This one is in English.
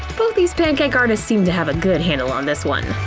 both these pancake artists seem to have a good handle on this one!